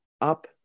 up